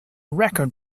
record